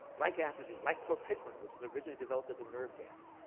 like atrazine, like clorpactrin, which was originally developed as a nerve gas.